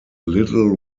little